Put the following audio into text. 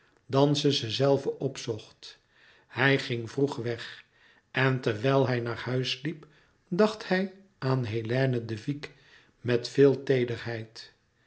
ze zelve opzocht hij ging vroeg weg en terwijl hij naar huis liep dacht hij aan hélène de vicq met veel teederheid